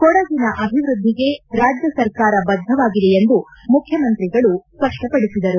ಕೊಡಗಿನ ಅಭಿವೃದ್ದಿಗೆ ರಾಜ್ಯ ಸರ್ಕಾರ ಬದ್ದವಾಗಿದೆ ಎಂದು ಮುಖ್ಯಮಂತ್ರಿಗಳು ಸ್ಪಷ್ಟಪಡಿಸಿದರು